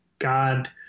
God